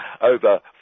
over